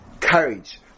courage